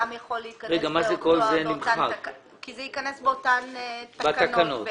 גם יכול להיכנס באותן תקנות.